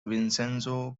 vincenzo